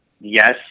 Yes